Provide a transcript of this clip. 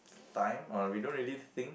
time or we don't really think